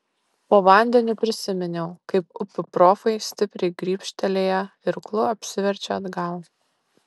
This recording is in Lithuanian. po vandeniu prisiminiau kaip upių profai stipriai grybštelėję irklu apsiverčia atgal